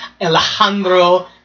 Alejandro